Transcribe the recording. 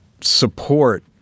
support